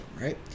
right